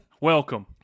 Welcome